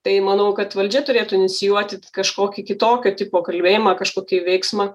tai manau kad valdžia turėtų inicijuoti kažkokį kitokio tipo kalbėjimą kažkokį veiksmą